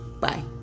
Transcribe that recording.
Bye